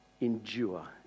endure